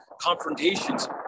confrontations